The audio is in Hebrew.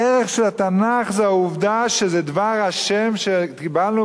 הערך של התנ"ך זה העובדה שזה דבר ה' שקיבלנו